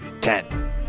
Ten